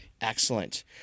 Excellent